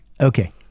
Okay